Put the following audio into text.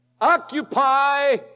Occupy